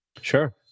Sure